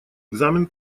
экзамен